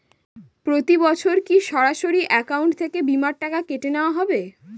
প্রতি বছর কি সরাসরি অ্যাকাউন্ট থেকে বীমার টাকা কেটে নেওয়া হবে?